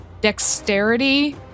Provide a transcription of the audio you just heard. dexterity